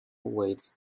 weighs